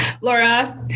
Laura